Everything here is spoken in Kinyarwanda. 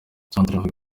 centrafrique